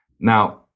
Now